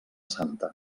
santa